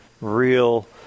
real